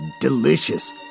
delicious